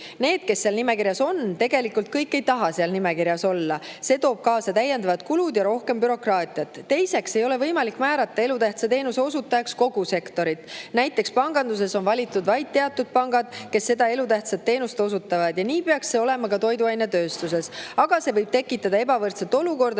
Need, kes seal nimekirjas on, tegelikult kõik ei taha seal nimekirjas olla, sest see toob kaasa täiendavad kulud ja rohkem bürokraatiat. Teiseks, ei ole võimalik määrata elutähtsa teenuse osutajaks kogu sektorit. Näiteks panganduses on valitud vaid teatud pangad, kes elutähtsat teenust osutavad, ja nii peaks see olema ka toiduainetööstuses. Samas see võib tekitada ebavõrdset olukorda